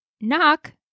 Knock